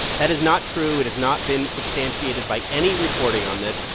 that is not true. it has not been substantiated by any reporting on this.